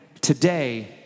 today